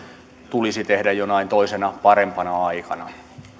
tulisi tehdä jonain toisena parempana aikana